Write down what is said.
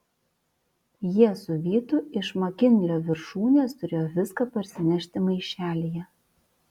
jie su vytu iš makinlio viršūnės turėjo viską parsinešti maišelyje